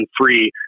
free